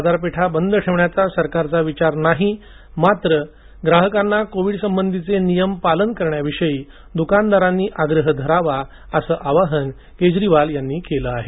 बाजारपेठा बंद ठेवण्याचा सरकारचा विचार नाही मात्र ग्राहकांना कोविड संबंधीचे नियम पालन करण्यासाठी दुकानदारांनी आग्रह धरावा असं आवाहन केजरीवाल यांनी केलं आहे